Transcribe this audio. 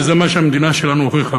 וזה מה שהמדינה שלנו הוכיחה,